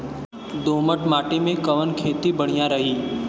दोमट माटी में कवन खेती बढ़िया रही?